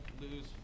lose